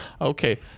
okay